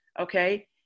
Okay